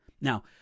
Now